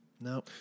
no